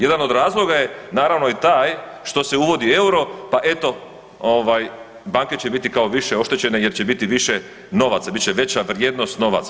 Jedan od razloga je naravno i taj što se uvodi euro, pa eto banke će biti kao više oštećene jer će biti više novaca, bit će veća vrijednost novaca.